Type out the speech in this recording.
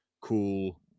cool